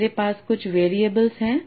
मेरे पास कुछ वेरिएबल है